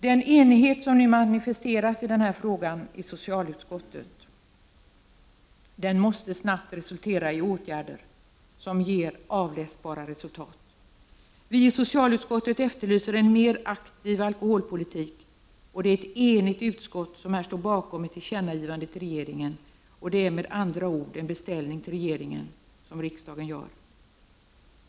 Den enighet i socialutskottet som nu manifesteras i den här frågan måste snabbt resultera i åtgärder som ger avläsbara resultat. Vi i socialutskottet efterlyser en mera aktiv alkoholpolitik. Det är ett enigt utskott som står bakom gjorda tillkännagivanden till regeringen. Med andra ord handlar det om en beställning från riksdagen till regeringen.